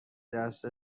دست